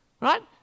Right